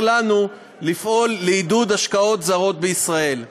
לנו לפעול לעידוד השקעות זרות בישראל.